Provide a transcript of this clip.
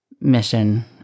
mission